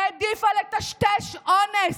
העדיפה לטשטש אונס.